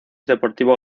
deportivo